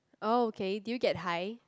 oh okay did you get high